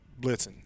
blitzing